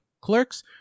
Clerks